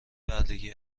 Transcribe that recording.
بردگی